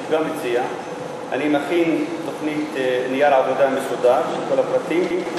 שהוא גם מציע: אני מכין נייר עבודה מסודר עם כל הפרטים,